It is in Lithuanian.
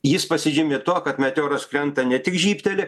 jis pasižymi tuo kad meteoras krenta ne tik žybteli